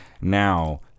now